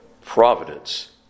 providence